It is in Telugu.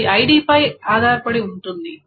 ఇది ఐడిపై ఆధారపడి ఉంటుంది